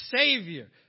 savior